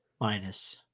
minus